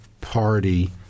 party